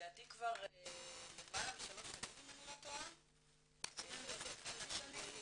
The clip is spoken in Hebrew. לדעתי כבר למעלה משלוש שנים אם אני לא טועה -- 27 ביולי